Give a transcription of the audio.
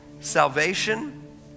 Salvation